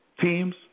teams